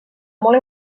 molt